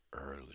early